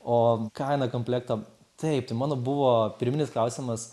o kaina komplekto taip tai mano buvo pirminis klausimas